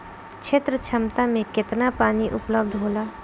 क्षेत्र क्षमता में केतना पानी उपलब्ध होला?